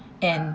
and